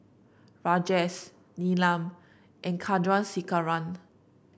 Rajesh Neelam and Chandrasekaran